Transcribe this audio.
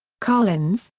karlins,